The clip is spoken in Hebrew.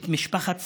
את משפחת סאוורכה.